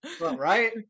Right